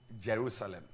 Jerusalem